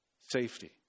Safety